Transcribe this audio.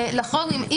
יש